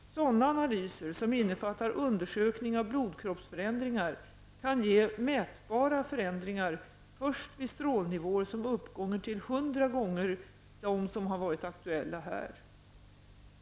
Sådana analyser som innefattar undersökning av blodkroppsförändringar kan ge mätbara förändringar först vid strålnivåer som uppgår till hundra gånger de som varit aktuella här.